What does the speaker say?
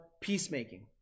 peacemaking